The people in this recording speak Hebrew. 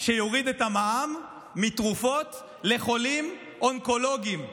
שיוריד את המע"מ מתרופות לחולים אונקולוגיים.